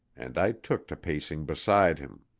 and i took to pacing beside him.